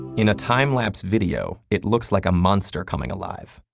in a time-lapse video, it looks like a monster coming alive.